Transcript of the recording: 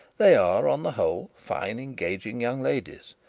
they are, on the whole, fine engaging young ladies.